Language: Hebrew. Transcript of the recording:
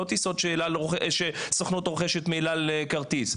לא טיסות שהסוכנות רוכשת מעל אל כרטיס,